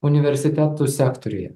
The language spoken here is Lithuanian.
universitetų sektoriuje